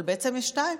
אבל בעצם יש שתיים,